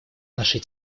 нашей